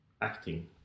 acting